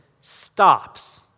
stops